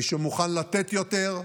מי שמוכן לתת יותר,